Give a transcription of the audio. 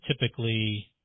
typically